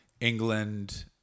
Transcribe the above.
England